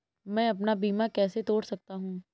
मैं अपना बीमा कैसे तोड़ सकता हूँ?